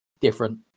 different